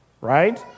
Right